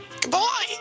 Goodbye